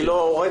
אני לא הוריתי.